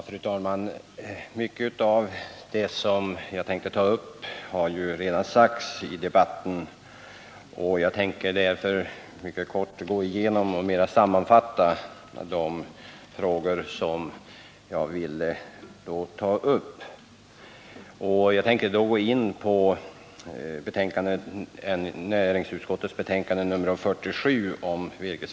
Fru talman! Mycket av det som jag tänkte ta upp har redan sagts i debatten, och jag skall därför göra en mycket kort sammanfattning av de frågor jag har velat beröra. Först går jag då in på virkesförsörjningsfrågan. som behandlas i näringsutskottets betänkande nr 47.